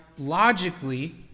Logically